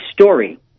story